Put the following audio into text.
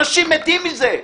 אנשים מתים מזה.